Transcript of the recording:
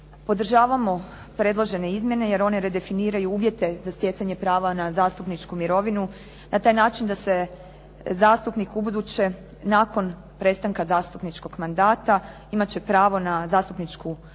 Podržavamo predložene izmjene jer one redefiniraju uvjete za stjecanje prava na zastupničku mirovinu na taj način da se zastupnik ubuduće nakon prestanka zastupničkog mandata, imat će pravo na zastupničku mirovinu